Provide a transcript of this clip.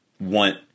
want